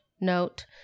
note